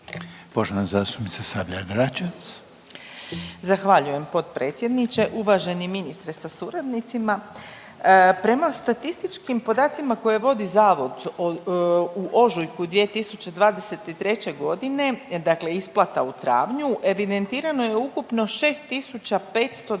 Renata (Socijaldemokrati)** Zahvaljujem potpredsjedniče. Uvaženi ministre sa suradnicima prema statističkim podacima koje vodi zavod u ožujku 2023. godine, dakle isplata u travnju evidentirano je ukupno 6592